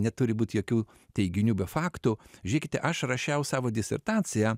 neturi būt jokių teiginių be faktų žiūrėkite aš rašiau savo disertaciją